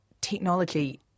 technology